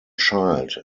child